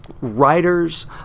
Writers